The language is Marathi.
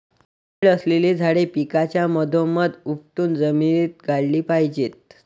कीड असलेली झाडे पिकाच्या मधोमध उपटून जमिनीत गाडली पाहिजेत